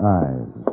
eyes